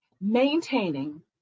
maintaining